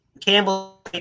Campbell